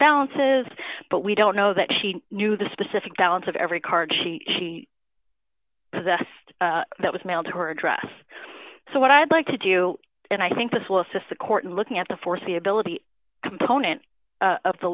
balances but we don't know that she knew the specific balance of every card she possessed that was mailed her address so what i'd like to do and i think this will assist the court in looking at the foreseeability component of the